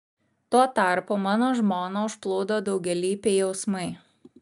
tuo tarpu mano žmoną užplūdo daugialypiai jausmai